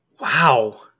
wow